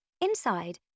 Inside